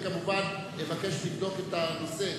אבקש לבדוק את הנושא,